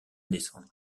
descendre